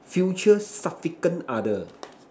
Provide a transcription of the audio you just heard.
future significant other